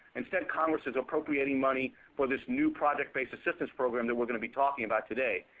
instead congress is appropriating money for this new project-based assistance program that we're going to be talking about today.